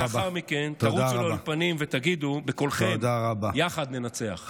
מייד לאחר מכן תרוצו לאולפנים ותגידו בקולכם: יחד ננצח.